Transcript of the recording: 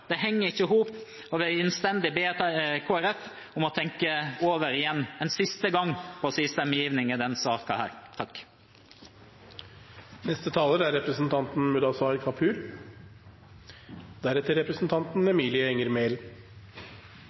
Det henger ikke i hop, og jeg vil innstendig be Kristelig Folkeparti om å tenke over igjen – en siste gang – på sin stemmegivning i denne saken. Arbeiderpartiets mageplask i arbeidet med kommunereformen er